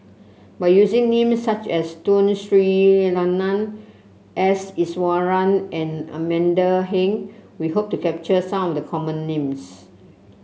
by using names such as Tun Sri Lanang S Iswaran and Amanda Heng we hope to capture some of the common names